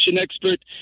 expert